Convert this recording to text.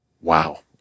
Wow